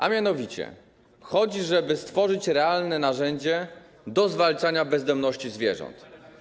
A mianowicie chodzi o to, żeby stworzyć realne narzędzie do zwalczania bezdomności zwierząt.